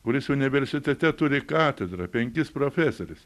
kuris universitete turi katedrą penkis profesorius